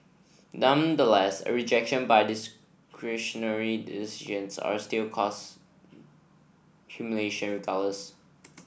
a rejection by discretionary decisions are still cause humiliation